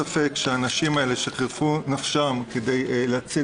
שהאנשים האלה שחירפו את נפשם כדי להציל